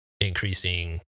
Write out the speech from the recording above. increasing